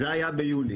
זה היה ביולי,